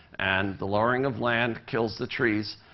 and the lowering of land kills the trees,